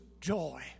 joy